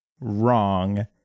wrong